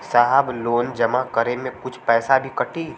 साहब लोन जमा करें में कुछ पैसा भी कटी?